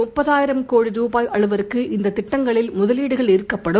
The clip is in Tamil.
முப்பதாயிரம் கோடி ரூபாய் அளவிற்கு இந்தத் திட்டங்களில் சுமார் முதலீடுகள் ஈர்க்கப்படும்